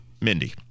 Mindy